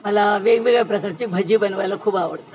मला वेगवेगळ्या प्रकारची भजी बनवायला खूप आवडतं